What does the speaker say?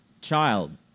child